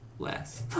Less